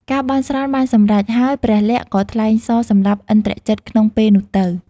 ការបន់ស្រន់បានសម្រេច ហើយព្រះលក្សណ៍ក៏ថ្លែងសរសម្លាប់ឥន្ទ្រជិតក្នុងពេលនោះទៅ។